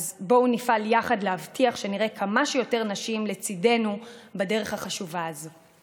אז בואו נפעל יחד להבטיח שנראה כמה שיותר נשים לצידנו בדרך החשובה הזו.